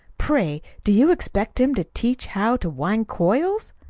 pray, do you expect him to teach how to wind coils?